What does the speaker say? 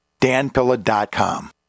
danpilla.com